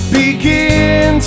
begin